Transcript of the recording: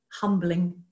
humbling